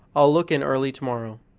i'll look in early to-morrow.